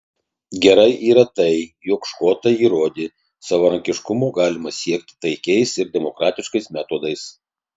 gerai yra tai jog škotai įrodė savarankiškumo galima siekti taikiais ir demokratiškais metodais